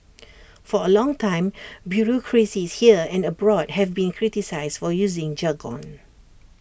for A long time bureaucracies here and abroad have been criticised for using jargon